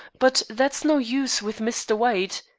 but that's no use with mr. white.